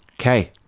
okay